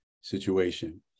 situation